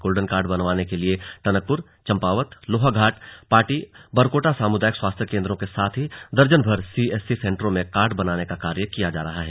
golden card बनाने के लिए टनकप्र चम्पावत लोहाघाट पाटी बाराकोट सामुदायिक स्वास्थ्य केंद्रों के साथ ही दर्जनभर सीएससी सेन्टरों में कार्ड बनाने का कार्य किया जा रहा है